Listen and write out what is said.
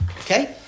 Okay